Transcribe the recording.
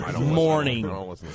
morning